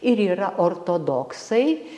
ir yra ortodoksai